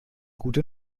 gute